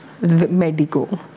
Medico